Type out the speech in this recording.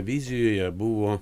vizijoje buvo